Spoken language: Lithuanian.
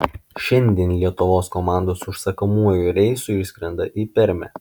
šiandien lietuvos komandos užsakomuoju reisu išskrenda į permę